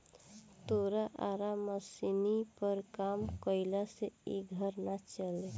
तोरा आरा मशीनी पर काम कईला से इ घर ना चली